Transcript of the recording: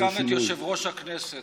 אני מזמין גם את יושב-ראש הכנסת.